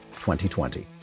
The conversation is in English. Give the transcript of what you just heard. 2020